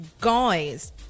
guys